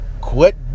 Quit